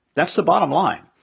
that's the bottom line.